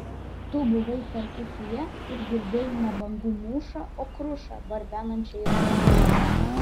tu buvai kartu su ja ir girdėjai ne bangų mūšą o krušą barbenančią į langus